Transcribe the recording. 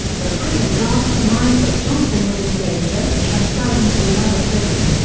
the prison guards surmised that johnson was in danger and transferred him to another prison.